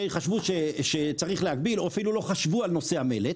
חשבו שצריך להגביל או אפילו לא חשבו על נושא המלט,